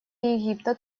египта